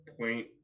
point